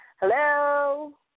Hello